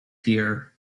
here